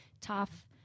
tough